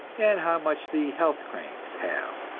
and how much the health cranks have.